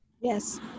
Yes